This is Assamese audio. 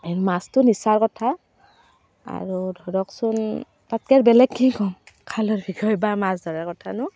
মাছটো নিচাৰ কথা আৰু ধৰকচোন তাতকৈ আৰু বেলেগ কি ক'ম খালৰ বিষয় বা মাছ ধৰাৰ কথানো